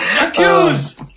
Accused